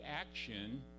action